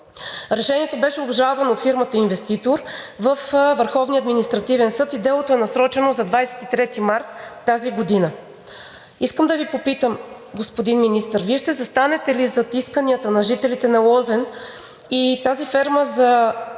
Решението беше обжалвано от фирмата инвеститор във Върховния административен съд и делото е насрочено за 23 март тази година. Искам да Ви попитам, господин Министър, Вие ще застанете ли зад исканията на жителите на Лозен и тази ферма за